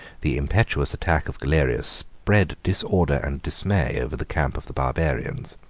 the impetuous attack of galerius spread disorder and dismay over the camp of the barbarians.